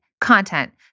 content